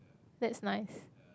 that's nice